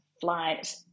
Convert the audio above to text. flight